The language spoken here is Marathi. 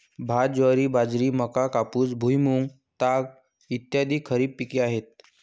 भात, ज्वारी, बाजरी, मका, कापूस, भुईमूग, ताग इ खरीप पिके आहेत